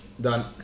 done